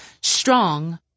strong